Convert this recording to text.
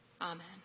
Amen